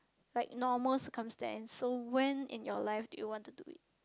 like normal circumstance so when in your life do you want to do it